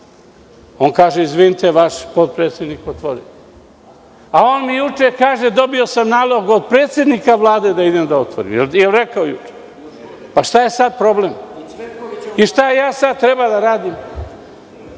On kaže, izvinite, vaš potpredsednik je otvorio. On mi juče kaže dobio sam nalog od predsednika Vlade da idem da otvorim. Da li je rekao juče? Šta je sada problem? Šta sada treba da radim?